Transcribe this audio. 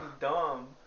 dumb